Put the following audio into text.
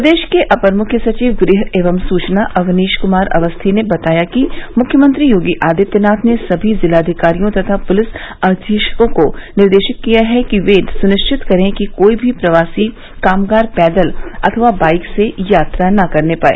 प्रदेश के अपर मुख्य सचिव गृह एवं सूचना अवनीश कुमार अवस्थी ने बताया कि मुख्यमंत्री योगी आदित्यनाथ ने सभी जिलाधिकारियों तथा पुलिस अधीक्षकों को निर्देशित किया है कि वे यह सुनिश्चित करें कि कोई भी प्रवासी कामगार पैदल अथवा बाइक से यात्रा न करने पाए